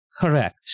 Correct